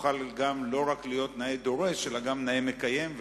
תוכל גם לא רק להיות נאה דורש אלא גם נאה מקיים,